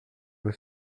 vaut